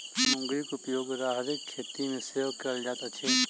मुंगरीक उपयोग राहरिक खेती मे सेहो कयल जाइत अछि